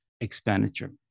expenditure